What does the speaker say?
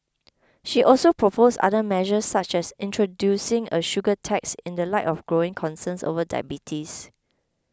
she also proposed other measures such as introducing a sugar tax in the light of growing concerns over diabetes